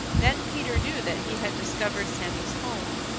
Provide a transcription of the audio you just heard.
then peter knew that he had discovered sammy's home.